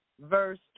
Verse